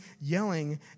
yelling